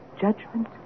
judgment